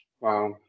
Wow